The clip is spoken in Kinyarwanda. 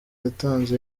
yatanze